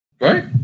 right